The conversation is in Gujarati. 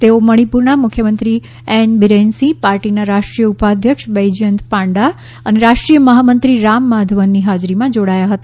તેઓ મણિપુરના મુખ્યમંત્રી એન બિરેન સિંહ પાર્ટીના રાષ્ટ્રીય ઉપાધ્યક્ષ બૈજયંત પાંડા અને રાષ્ટ્રીય મહામંત્રી રામ માધવની હાજરીમાં જોડાયા હતા